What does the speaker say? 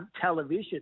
television